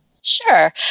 Sure